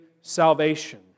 salvation